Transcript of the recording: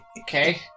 Okay